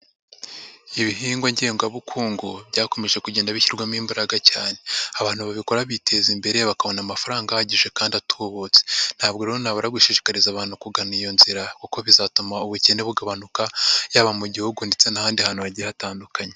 Ibihingwa ngengabukungu byakomeje kugenda bishyirwamo imbaraga cyane. Abantu babikora biteza imbere bakabona amafaranga ahagije kandi atubutse. Ntabwo rero nabura gushishikariza abantu kugana iyo nzira kuko bizatuma ubukene bugabanuka, yaba mu gihugu ndetse n'ahandi hantu hagiye hatandukanye.